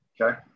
Okay